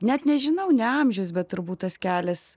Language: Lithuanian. net nežinau ne amžius bet turbūt tas kelias